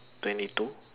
twenty two